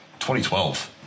2012